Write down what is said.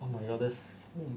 oh my god that's